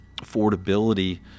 affordability